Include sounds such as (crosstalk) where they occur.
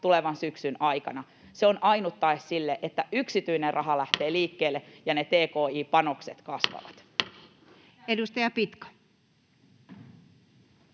tulevan syksyn aikana. Se on ainut tae sille, että yksityinen raha lähtee liikkeelle (noise) ja ne